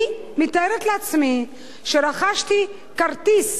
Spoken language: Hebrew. אני מתארת לעצמי שרכשתי כרטיס